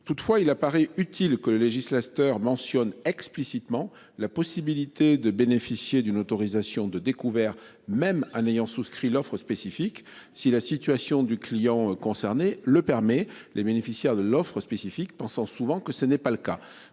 Toutefois, il apparaît utile que le législateur mentionne explicitement la possibilité de bénéficier d'une autorisation de découvert. Même en ayant souscrit l'offre spécifique. Si la situation du client concerné le permet. Les bénéficiaires de l'offre spécifique pensant souvent que ce n'est pas le cas